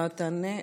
אתה תענה?